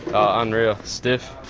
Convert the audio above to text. um unreal. stiff.